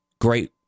great